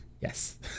Yes